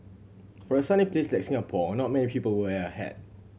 for a sunny place like Singapore not many people wear a hat